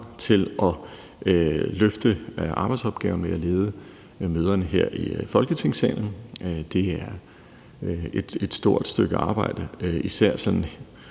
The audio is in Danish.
til at løfte arbejdsopgaven med at lede møderne her i Folketingssalen. Det er et stort stykke arbejde. Især er